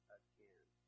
again